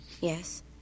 yes